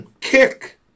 kick